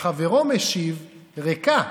וחברו משיב: ריקא,